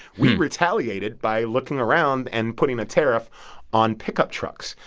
we retaliated by looking around and putting the tariff on pickup trucks.